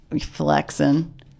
flexing